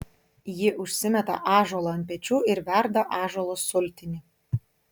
ji užsimeta ąžuolą ant pečių ir verda ąžuolo sultinį